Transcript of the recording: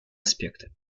аспекты